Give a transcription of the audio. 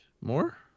More